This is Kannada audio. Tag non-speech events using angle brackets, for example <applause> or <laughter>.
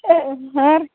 <unintelligible> ಹಾಂ ರೀ